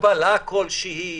הגבלה כל שהיא,